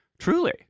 Truly